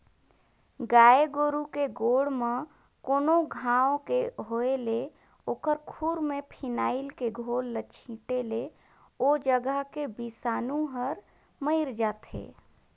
गाय गोरु के गोड़ म कोनो घांव के होय ले ओखर खूर में फिनाइल के घोल ल छींटे ले ओ जघा के बिसानु हर मइर जाथे